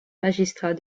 magistrats